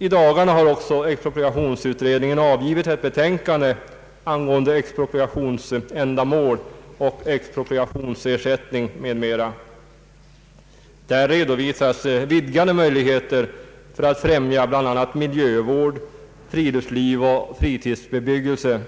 I dagarna har också expropriationsutredningen avgivit ett betänkande angående expropriationsändamål och expropriationsersättning m.m. Där redovisas vidgade möjligheter för att främja bl.a. miljövård, friluftsliv och fritidsbebyggelse